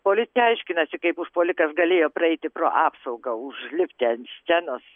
policija aiškinasi kaip užpuolikas galėjo praeiti pro apsaugą užlipti an scenos